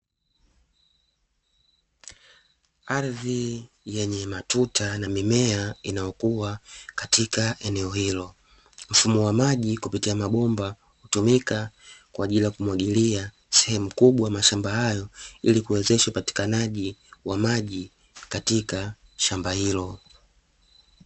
Ardhi yenye matuta na mimea inayokuwa katika eneo hilo, mfumo wa maji kupitia mabomba hutumika kwa ajili ya kumwagilia sehemu kubwa ya mashamba hayo, ili kuwezesha upatikanaji wa maji katika shamba hilo.